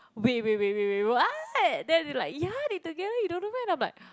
wait wait wait wait wait what then they like ya they together you don't know meh then but